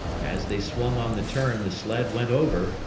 as they swung on the turn the sled went over,